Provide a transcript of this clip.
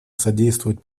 содействовать